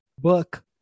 book